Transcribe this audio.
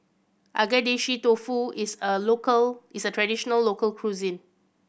Agedashi Dofu is a local is traditional local cuisine